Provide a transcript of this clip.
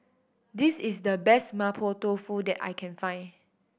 this is the best Mapo Tofu that I can find